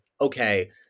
okay